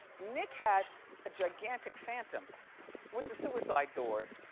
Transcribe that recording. nick had a gigantic phantom with the suicide doors,